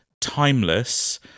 timeless